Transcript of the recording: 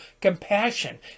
compassion